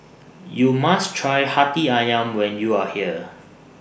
YOU must Try Hati Ayam when YOU Are here